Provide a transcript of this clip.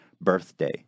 birthday